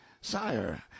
Sire